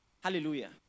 Hallelujah